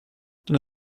dann